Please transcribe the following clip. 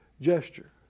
gesture